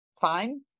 fine